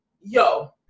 Yo